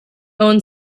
owned